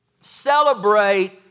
celebrate